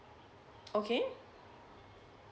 okay